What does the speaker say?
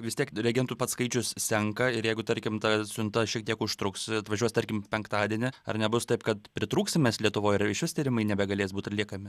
vis tiek reagentų pats skaičius senka ir jeigu tarkim ta siunta šiek tiek užtruks atvažiuos tarkim penktadienį ar nebus taip kad pritrūksim mes lietuvoj ir išvis tyrimai nebegalės būt atliekami